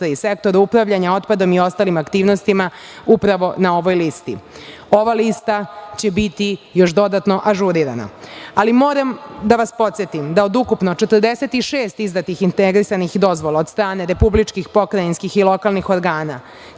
sektoru upravljanja otpadom i ostalim aktivnostima upravo na ovoj listi. Ova lista će biti još dodatno ažurirana. Moram da vas podsetim da od ukupno 46 izdatih integrisanih dozvola od strane republičkih, pokrajinskih i lokalnih organa,